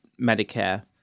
Medicare